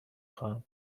خواهم